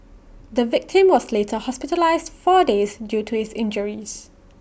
the victim was later hospitalised four days due to his injuries